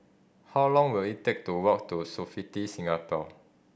how long will it take to walk to Sofitel Singapore